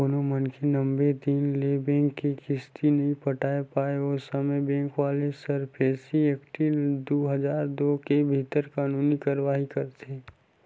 कोनो मनखे नब्बे दिन ले बेंक के किस्ती नइ पटा पाय ओ समे बेंक वाले सरफेसी एक्ट दू हजार दू के भीतर कानूनी कारवाही करथे